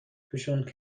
توشون